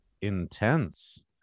intense